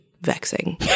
vexing